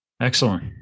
Excellent